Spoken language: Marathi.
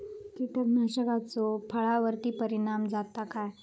कीटकनाशकाचो फळावर्ती परिणाम जाता काय?